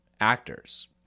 actors